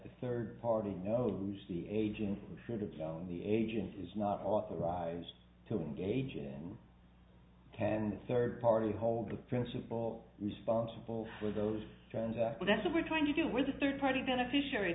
the third party knows the aging of the agent is not authorized to engage in and a third party hold the principle responsible for those trends but that's what we're trying to do with the third party beneficiary